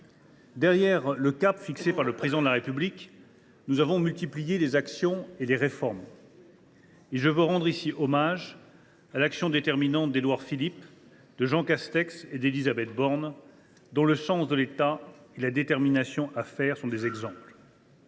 au cap fixé par le Président de la République, nous avons multiplié les actions et les réformes. Et je veux rendre ici hommage à l’action déterminante d’Édouard Philippe, de Jean Castex et d’Élisabeth Borne, dont le sens de l’État et la détermination à faire sont des exemples.